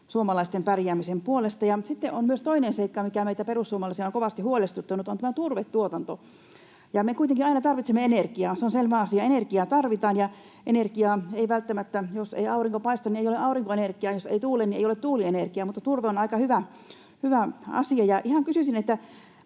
suomalaisten pärjäämisen puolesta. Sitten on myös toinen seikka, mikä meitä perussuomalaisia on kovasti huolestuttanut: turvetuotanto. Me kuitenkin aina tarvitsemme energiaa. Se on selvä asia: energiaa tarvitaan. Ja energiaa ei välttämättä... Jos ei aurinko paista, niin ei ole aurinkoenergiaa, ja jos ei tuule, niin ei ole tuulienergiaa, mutta turve on aika hyvä asia.